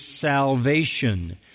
salvation